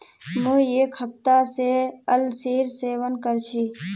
मुई एक हफ्ता स अलसीर सेवन कर छि